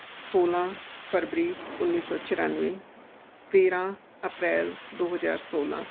ਸੋਲ੍ਹਾਂ ਫਰਵਰੀ ਉੱਨੀ ਸੌ ਚੁਰਾਨਵੇਂ ਤੇਰਾਂ ਅਪ੍ਰੈਲ ਦੋ ਹਜ਼ਾਰ ਸੋਲ੍ਹਾਂ